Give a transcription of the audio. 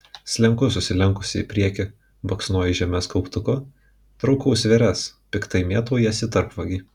slenku susilenkusi į priekį baksnoju žemes kauptuku traukau svėres piktai mėtau jas į tarpvagį